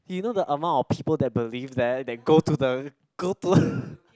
you know the amount of people that believe that that go to the go to